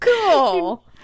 Cool